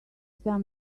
some